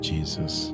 Jesus